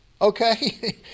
okay